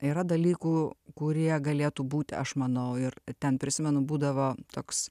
yra dalykų kurie galėtų būt aš manau ir ten prisimenu būdavo toks